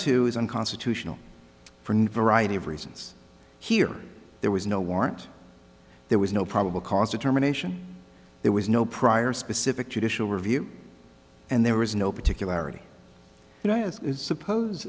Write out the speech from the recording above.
two is unconstitutional for variety of reasons here there was no warrant there was no probable cause determination there was no prior specific judicial review and there was no particularly you know as is suppose